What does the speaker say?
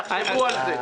תחשבו על זה.